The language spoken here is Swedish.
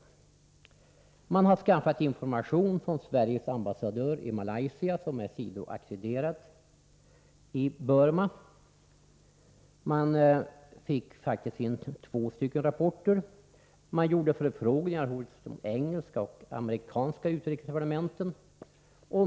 Man har skaffat information från Sveriges ambassadör i Malaysia som är sidoackrediterad i Burma — man fick in två stycken rapporter — och man gjorde förfrågningar hos de engelska och amerikanska utrikesdepartementen.